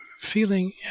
feeling